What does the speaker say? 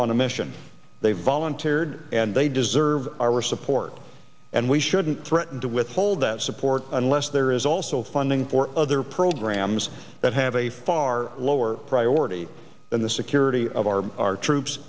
on a mission they volunteered and they deserve our resupport and we shouldn't threaten to withhold that support unless there is also funding for other programs that have a far lower priority than the security of our our troops